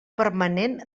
permanent